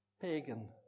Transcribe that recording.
pagan